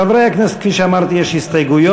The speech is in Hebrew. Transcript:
חברי הכנסת, כפי שאמרתי, יש הסתייגויות.